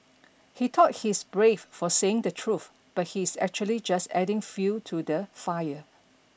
he thought he's brave for saying the truth but he's actually just adding fuel to the fire